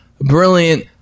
brilliant